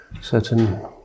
certain